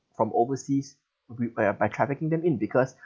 from overseas probably by trafficking them in because